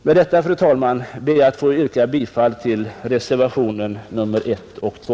Med detta, fru talman, ber jag att få yrka bifall till reservationerna 1 och 2.